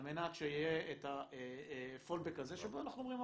מנת שיהיה את הפולבק הזה שבו אנחנו אומרים,